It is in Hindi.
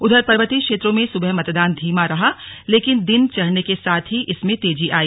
उधर पर्वतीय क्षेत्रों में सुबह मतदान धीमा रहा लेकिन दिन चढ़ने के साथ ही इसमें तेजी आई